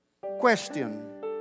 Question